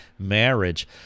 marriage